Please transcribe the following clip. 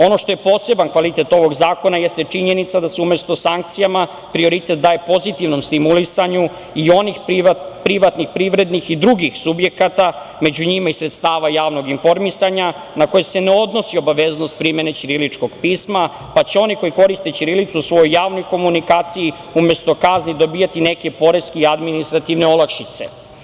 Ono što je poseban kvalitet ovog zakona jeste činjenica da se umesto sankcijama prioritet daje pozitivnom stimulisanju i onih privatnih privrednih i drugih subjekta, među njima i sredstava javnog informisanja na koje se ne odnosi obaveznost primene ćiriličnog pisma, pa će oni koji koriste ćirilicu u svojoj javnoj komunikaciji umesto kazni dobijati neke poreske i administrativne olakšice.